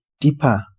deeper